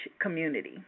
community